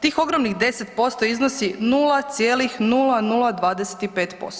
Tih ogromnih 10% iznosi 0.0025%